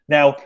Now